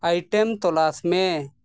ᱛᱚᱞᱟᱥ ᱢᱮ